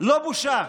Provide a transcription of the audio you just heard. לא בושה.